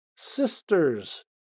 sisters